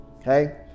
okay